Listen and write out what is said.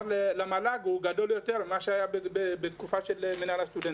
למל"ג הוא גדול יותר ממה שהיה בתקופה של מנהל הסטודנטים.